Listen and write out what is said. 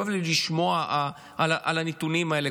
כואב לי לשמוע על הנתונים האלה.